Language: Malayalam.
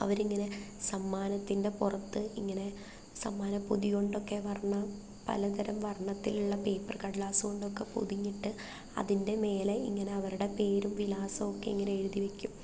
അവരിങ്ങനെ സമ്മാനത്തിൻ്റെ പുറത്ത് ഇങ്ങനെ സമ്മാനപ്പൊതി കൊണ്ടൊക്കെ വർണ്ണ പല തരം വർണ്ണത്തിലുള്ള പേപ്പറ് കടലാസ്സുകൊണ്ടൊക്കെ പൊതിഞ്ഞിട്ട് അതിൻ്റെ മേലെ ഇങ്ങനെ അവരുടെ പേരും വിലാസവുമൊക്കെ ഇങ്ങനെ എഴുതിവെക്കും